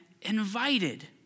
invited